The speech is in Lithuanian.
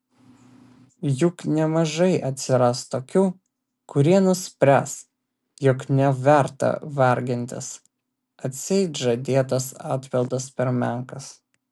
juk nemažai atsiras tokių kurie nuspręs jog neverta vargintis atseit žadėtas atpildas per menkas